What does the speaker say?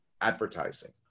advertising